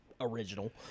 Original